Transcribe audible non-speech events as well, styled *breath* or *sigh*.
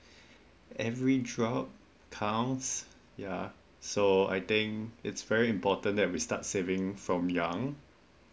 *breath* every drop counts ya so I think it's very important that we start saving from young